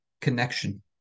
connection